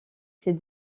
ces